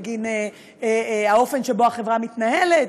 בגין האופן שבו החברה מתנהלת,